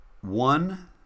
one